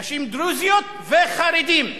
נשים דרוזיות, וחרדים,